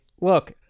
look